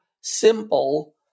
simple